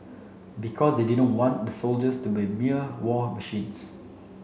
because they didn't want the soldiers to be mere war machines